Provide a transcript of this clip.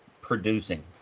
producing